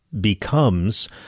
becomes